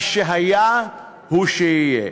מה שהיה הוא שיהיה.